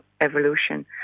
evolution